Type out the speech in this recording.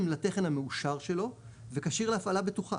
לתכן המאושר שלו וכשיר להפעלה בטוחה,